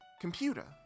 computer